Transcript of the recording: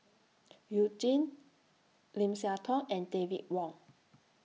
YOU Jin Lim Siah Tong and David Wong